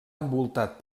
envoltat